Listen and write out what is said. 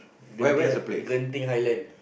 Genting Genting Highland